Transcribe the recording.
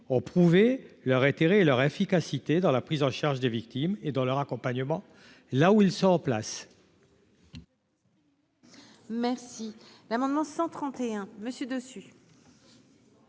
ont prouvé leur intérêt et leur efficacité dans la prise en charge des victimes et dans leur accompagnement là où ils sont en place.